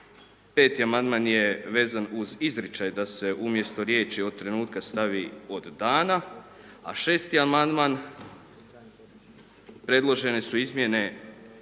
Peti amandman je vezan uz izričaj da se umjesto riječi od trenutka, stavi od dana, a šesti amandman, predložene su izmjene